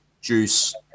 juice